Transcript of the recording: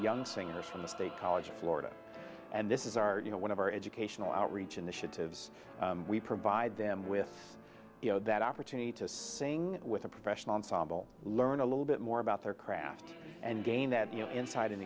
young singers from the state college of florida and this is are you know one of our educational outreach initiatives we provide them with you know that opportunity to sing with a professional sambal learn a little bit more about their craft and gain that you know inside